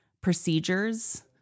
procedures